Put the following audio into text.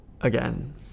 again